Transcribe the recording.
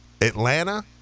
Atlanta